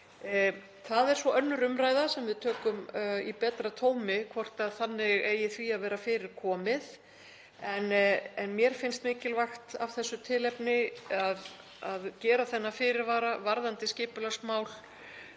Það er svo önnur umræða sem við tökum í betra tómi hvort þannig eigi því að vera fyrir komið en mér finnst mikilvægt af þessu tilefni að gera þennan fyrirvara varðandi skipulagsstefnu